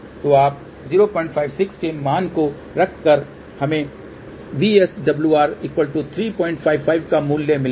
तो आप 056 के मान को रख कर हमें VSWR 355 का मूल्य मिलेगी